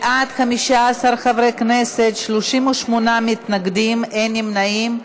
בעד, 15 חברי כנסת, 38 מתנגדים, אין נמנעים.